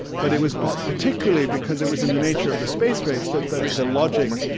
but it was but particularly because it was in the nature of the space race that the the logic,